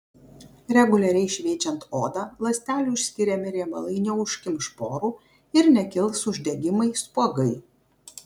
reguliariai šveičiant odą ląstelių išskiriami riebalai neužkimš porų ir nekils uždegimai spuogai